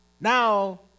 Now